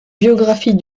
biographie